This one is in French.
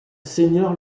seigneur